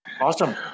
Awesome